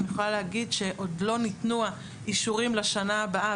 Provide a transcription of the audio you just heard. אני יכולה להגיד שעוד לא ניתנו אישורים לשנה הבאה,